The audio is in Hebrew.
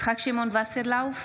יצחק שמעון וסרלאוף,